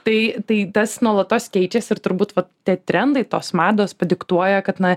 tai tai tas nuolatos keičias ir turbūt vat tie trendai tos mados padiktuoja kad na